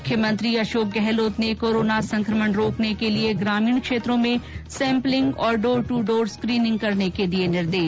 मुख्यमंत्री अशोक गहलोत ने कोरोना संकमण को रोकने के लिए ग्रामीणों क्षेत्रों में सैम्पलिंग और डोर टू डोर स्क्रीनिंग करने के दिए निर्देश